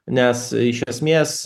nes iš esmės